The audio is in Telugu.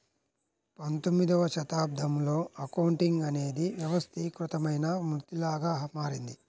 పంతొమ్మిదవ శతాబ్దంలో అకౌంటింగ్ అనేది వ్యవస్థీకృతమైన వృత్తిలాగా మారింది